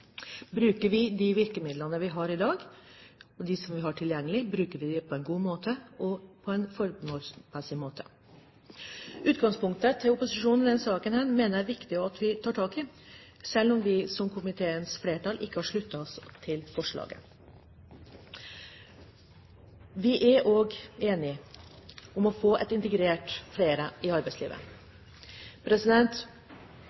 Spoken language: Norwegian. dag, på en god og en formålstjenlig måte? Utgangspunktet til opposisjonen i denne saken mener jeg det er viktig å ta tak i, selv om komiteens flertall ikke har sluttet seg til forslaget. Vi er enige om at vi må få integrert flere i